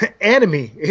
enemy